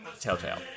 Telltale